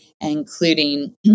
including